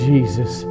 Jesus